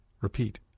Repeat